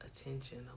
attention